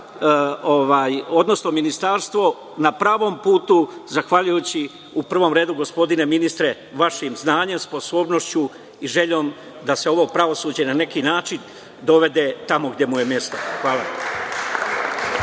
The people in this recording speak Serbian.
odnosno ministarstvo na pravom putu zahvaljujući u prvom redu, gospodine ministre, vašim znanjem, sposobnošću i željom da se ovo pravosuđe, na neki način, dovede tamo gde mu je mesto. Hvala.